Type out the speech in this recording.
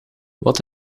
wat